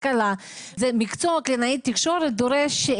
קופת חולים לא הייתה מוכנה להשתתף כי אני זכאית לקבל את השירות